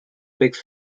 pigs